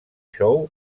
show